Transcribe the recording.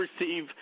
receive